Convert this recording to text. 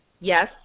yes